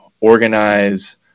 organize